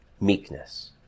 meekness